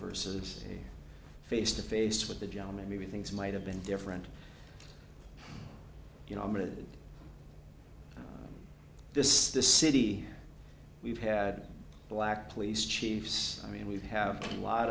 versus face to face with the gentleman maybe things might have been different you know i'm going to this the city we've had black police chiefs i mean we have a lot